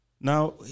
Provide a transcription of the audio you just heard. Now